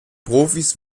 profis